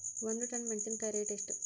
ಒಂದು ಟನ್ ಮೆನೆಸಿನಕಾಯಿ ರೇಟ್ ಎಷ್ಟು?